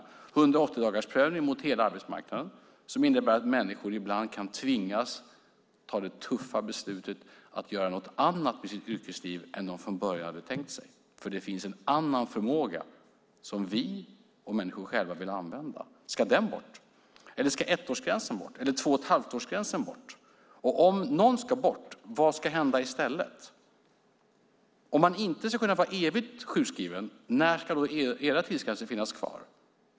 180-dagarsprövningen mot hela arbetsmarknaden - som innebär att människor ibland kan tvingas att ta det tuffa beslutet att göra något annat i sitt yrkesliv än vad de från början hade tänkt sig, därför att det finns en annan förmåga som vi och människor själva vill använda - ska den bort? Eller ska ettårsgränsen eller tvåochetthalvtårsgränsen bort? Och om någon ska bort, vad ska hända i stället? Om man inte ska kunna vara evigt sjukskriven, vilka tidsgränser tycker ni då ska då finnas kvar?